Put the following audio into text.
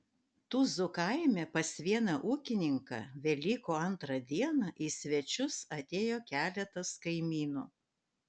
tuzų kaime pas vieną ūkininką velykų antrą dieną į svečius atėjo keletas kaimynų